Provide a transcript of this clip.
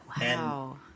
Wow